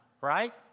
right